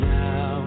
now